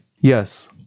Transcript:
Yes